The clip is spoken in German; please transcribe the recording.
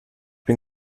bin